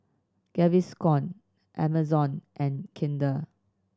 Gaviscon Amazon and Kinder